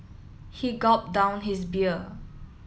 he gulped down his beer